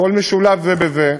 הכול משולב זה בזה.